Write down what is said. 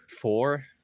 four